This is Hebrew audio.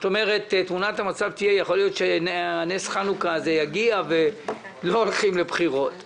יכול להיות שנס חנוכה הזה יגיע ולא ילכו לבחירות